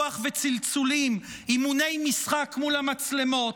רוח וצלצולים, אימוני משחק מול המצלמות,